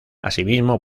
asimismo